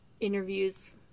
interviews